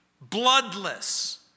Bloodless